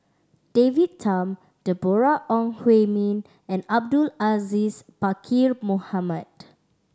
David Tham Deborah Ong Hui Min and Abdul Aziz Pakkeer Mohamed